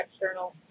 external